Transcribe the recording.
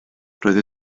roedd